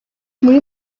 muri